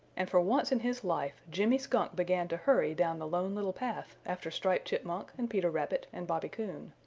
and for once in his life jimmy skunk began to hurry down the lone little path after striped chipmunk and peter rabbit and bobby coon.